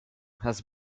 has